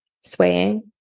swaying